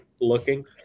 looking